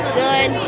good